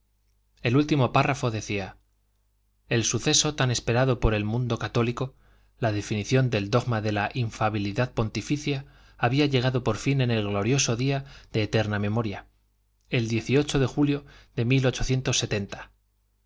el último párrafo decía el suceso tan esperado por el mundo católico la definición del dogma de la infalibilidad pontificia había llegado por fin en el glorioso día de eterna memoria el de julio de